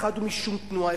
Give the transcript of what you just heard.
אחד הוא משום תנועה,